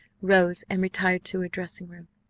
rose and retired to her dressing-room.